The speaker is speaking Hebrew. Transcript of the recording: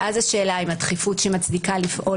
אז השאלה היא האם הדחיפות שמצדיקה לפעול